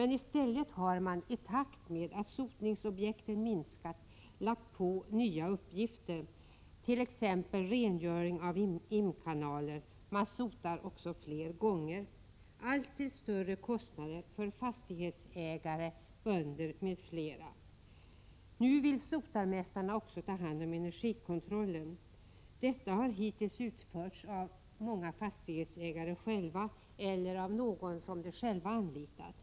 I stället har man, i takt med att antalet sotningsobjekt minskat, lagt på nya uppgifter, t.ex. rengöring av imkanaler. Man sotar också fler gånger — allt till större kostnader för fastighetsägare, bönder m.fl. Nu vill sotarmästarna också ta hand om energikontrollen. Denna har hittills i många fall utförts av fastighetsägarna själva eller av någon som fastighetsägaren anlitat.